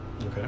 Okay